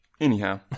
Anyhow